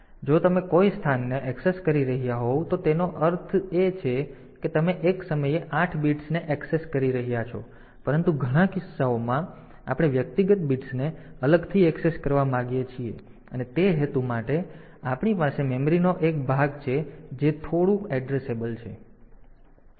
તેથી જો તમે કોઈ સ્થાનને ઍક્સેસ કરી રહ્યાં હોવ તો તેનો અર્થ એ છે કે તમે એક સમયે આઠ બિટ્સને ઍક્સેસ કરી રહ્યાં છો પરંતુ ઘણા કિસ્સાઓમાં આપણે વ્યક્તિગત બિટ્સને અલગથી ઍક્સેસ કરવા માંગીએ છીએ અને તે હેતુ માટે આપણી પાસે મેમરીનો એક ભાગ છે જે થોડું એડ્રેસેબલ છે